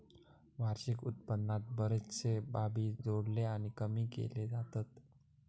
वार्षिक उत्पन्नात बरेचशे बाबी जोडले आणि कमी केले जातत